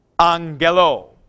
angelo